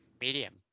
Medium